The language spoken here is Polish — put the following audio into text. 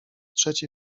trzeci